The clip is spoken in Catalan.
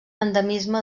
endemisme